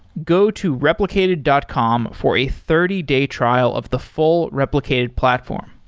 go to replicated dot com for a thirty day trial of the full replicated platform.